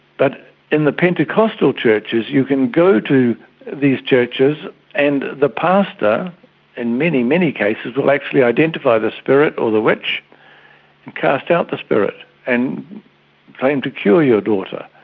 but in the pentecostal churches you can go to these churches and the pastor in many, many cases will actually identify the spirit or the witch and cast out the spirit and claim to cure your daughter.